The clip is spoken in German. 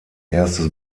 erstes